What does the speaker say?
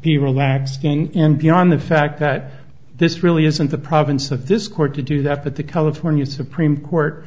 be relaxing and beyond the fact that this really isn't the province of this court to do that but the california supreme court